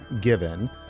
given